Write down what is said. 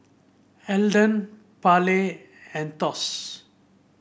Elden Parley and Thos